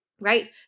right